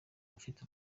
dufite